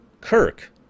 Kirk